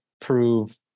prove